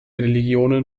religionen